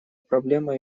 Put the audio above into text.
проблема